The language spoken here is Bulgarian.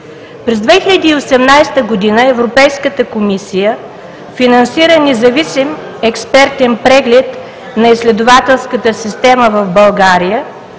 През 2018 г. Европейската комисия финансира независим експертен преглед на изследователската система в България,